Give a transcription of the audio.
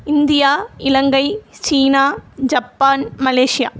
India இலங்கை China Japan Malaysia